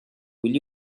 will